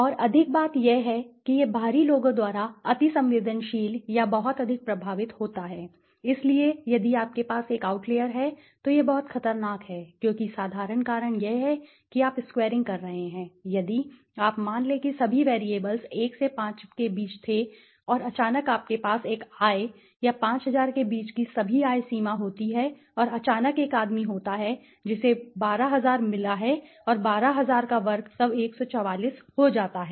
और अधिक बात यह है कि यह बाहरी लोगों द्वारा अतिसंवेदनशील या बहुत अधिक प्रभावित होता है इसलिए यदि आपके पास एक आउटलेयर है तो यह बहुत खतरनाक है क्योंकि साधारण कारण यह है कि आप स्क्वैरिंग कर रहे हैं यदि आप मान लें कि सभी वैरिएबल्स 1 से 5 के बीच थे और अचानक आपके पास एक आय या 5000 के बीच की सभी आय सीमा होती है और अचानक एक आदमी होता है जिसे 12000 मिला है और 12000 का वर्ग तब 144 हो जाता है